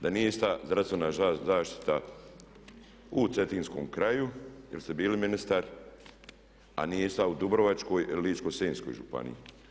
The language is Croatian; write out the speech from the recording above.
Da nije ista zdravstvena zaštita u Cetinskom kraju jer ste bili ministar a nije ista u Dubrovačkoj i Ličko-senjskoj županiji.